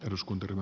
kiitos